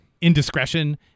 indiscretion